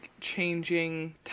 changing